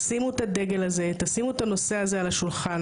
שימו את הדגל הזה, תשימו את הנושא הזה על השולחן.